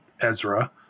Ezra